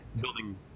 building